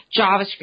JavaScript